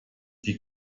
die